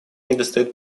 недостает